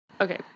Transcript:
Okay